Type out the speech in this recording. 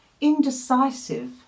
indecisive